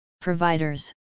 Providers